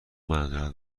معذرت